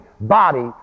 Body